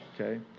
Okay